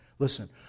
Listen